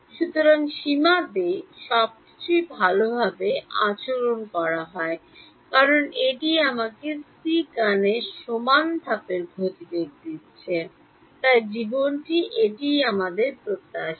সুতরাং সীমাতে সবকিছুই ভালভাবে আচরণ করা হয় কারণ এটি আমাকে সি গানের সমান ধাপের গতিবেগ দিচ্ছে তাই জীবনটি এটিই আমাদের প্রত্যাশা